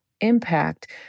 impact